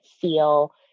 feel